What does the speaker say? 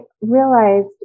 realized